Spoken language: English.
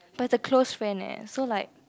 but the close friend leh so like